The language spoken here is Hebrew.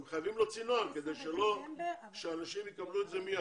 הם חייבים להוציא נוהל שאנשים יקבלו את זה מיד.